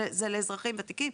זה לאזרחים ותיקים,